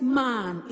man